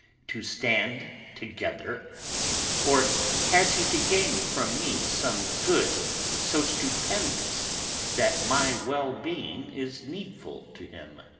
to stand together or has he to gain from me some good so stupendous that my well-being is needful to him?